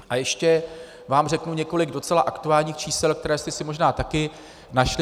A ještě vám řeknu několik docela aktuálních čísel, která jste si možná taky našli.